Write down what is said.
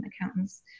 accountants